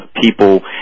people